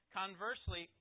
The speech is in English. conversely